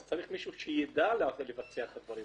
אתה צריך מישהו שידע לבצע את הדברים.